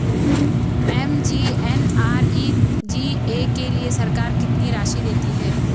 MGNREGA के लिए सरकार कितनी राशि देती है?